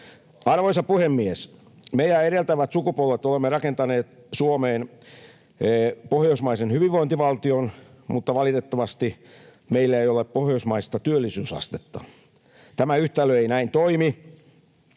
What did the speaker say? Arvoisa puhemies! Meidän edeltävät sukupolvemme ovat rakentaneet Suomeen pohjoismaisen hyvinvointivaltion, mutta valitettavasti meillä ei ole pohjoismaista työllisyysastetta. Tämä yhtälö ei näin toimi.